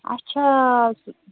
اچھا